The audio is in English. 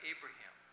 Abraham